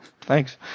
thanks